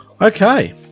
Okay